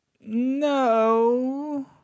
no